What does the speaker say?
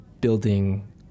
building